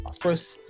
first